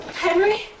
Henry